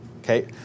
Okay